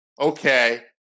Okay